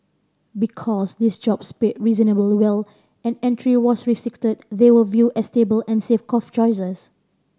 because these jobs paid reasonably well and entry was restricted they were viewed as stable and safe cough choices